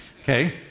Okay